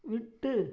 விட்டு